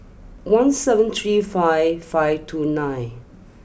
one seven three five five two nine